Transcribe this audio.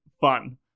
fun